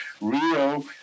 Rio